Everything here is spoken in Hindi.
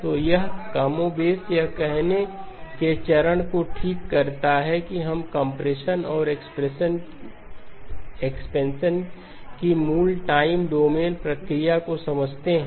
तो यह कमोबेश यह कहने के चरण को ठीक करता है कि हम कंप्रेशन और एक्सपेंशन की मूल टाइम डोमेनप्रक्रिया को समझते हैं